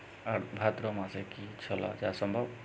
ভাদ্র মাসে কি ছোলা চাষ সম্ভব?